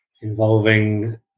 involving